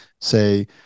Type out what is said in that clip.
say